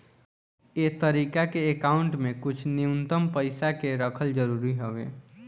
ए तरीका के अकाउंट में कुछ न्यूनतम पइसा के रखल जरूरी हवे